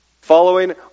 following